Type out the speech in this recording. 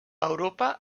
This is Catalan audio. europa